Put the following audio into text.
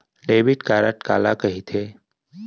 Debit card काला कहिथे?